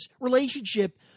relationship